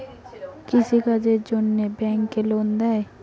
কৃষি কাজের জন্যে ব্যাংক লোন দেয়?